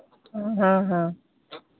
हाँ हाँ